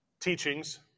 teachings